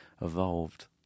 evolved